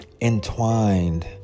entwined